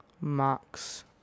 Max